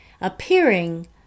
appearing